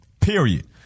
period